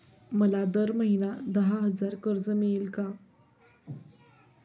मला दर महिना दहा हजार कर्ज मिळेल का?